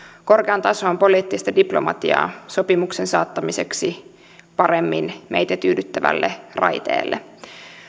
korkean tason poliittista diplomatiaa sopimuksen saattamiseksi paremmin meitä tyydyttävälle raiteelle